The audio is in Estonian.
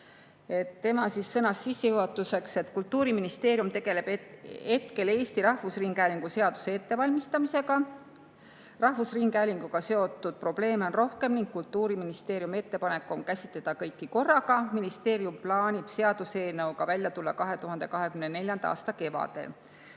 Tema sõnas sissejuhatuseks, et Kultuuriministeerium tegeleb hetkel Eesti Rahvusringhäälingu seaduse ettevalmistamisega. Rahvusringhäälinguga seotud probleeme on rohkem ning Kultuuriministeeriumi ettepanek on käsitleda kõiki korraga. Ministeerium plaanib seaduseelnõuga välja tulla 2024. aasta kevadel.